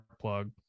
plug